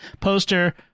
poster